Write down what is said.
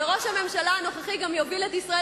וראש הממשלה הנוכחי גם יוביל את ישראל